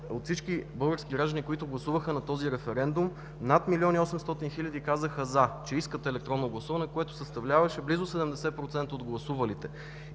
от всички български граждани, които гласуваха на този референдум, над 1 800 000 казаха „за” – че искат електронно гласуване, което съставляваше близо 70% от гласувалите.